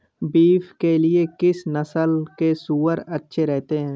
Beef के लिए किस नस्ल के सूअर अच्छे रहते हैं?